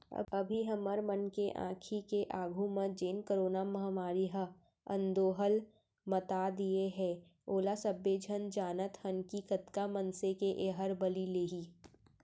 अभी हमर मन के आंखी के आघू म जेन करोना महामारी ह अंदोहल मता दिये हे ओला सबे झन जानत हन कि कतका मनसे के एहर बली लेही